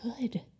good